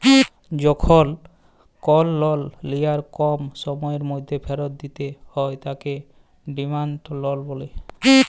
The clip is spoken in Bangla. যখল কল লল লিয়ার কম সময়ের ম্যধে ফিরত দিতে হ্যয় তাকে ডিমাল্ড লল ব্যলে